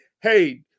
hey